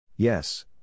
Yes